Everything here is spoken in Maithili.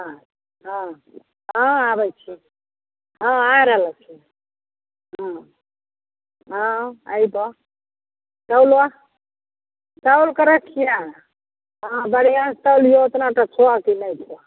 हँ हँ आबैत छी हँ आय रहले छी हँ हँ ऐ बऽ तौलह तौलके रखिहऽ हँ बढ़िआँसँ तौलियो ओतना की छौ कि नहि छौ